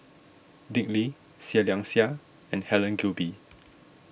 Dick Lee Seah Liang Seah and Helen Gilbey